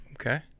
okay